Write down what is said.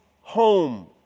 home